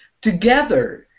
together